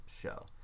show